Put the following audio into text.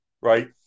right